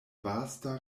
vasta